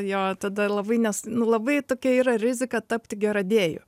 jo tada labai nes nu labai tokia yra rizika tapti geradėju